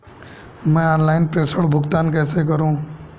मैं ऑनलाइन प्रेषण भुगतान कैसे करूँ?